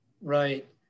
right